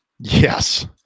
Yes